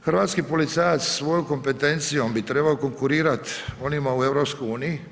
Hrvatski policajac svojom kompetencijom bi trebao konkurirati onima u EU.